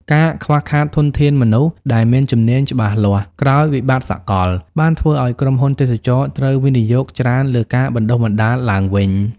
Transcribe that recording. ការខ្វះខាតធនធានមនុស្សដែលមានជំនាញច្បាស់លាស់ក្រោយវិបត្តិសកល បានធ្វើឱ្យក្រុមហ៊ុនទេសចរណ៍ត្រូវវិនិយោគច្រើនលើការបណ្តុះបណ្តាលឡើងវិញ។